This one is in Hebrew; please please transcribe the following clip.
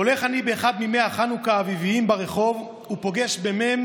הולך אני באחד מימי החנוכה האביביים ברחוב ופוגש במ',